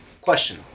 question